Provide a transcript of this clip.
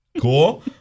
Cool